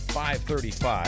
5.35